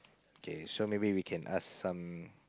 K so maybe we can ask some